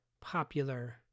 popular